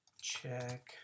check